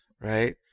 Right